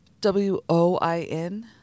W-O-I-N